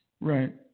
Right